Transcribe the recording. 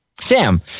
Sam